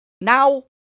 now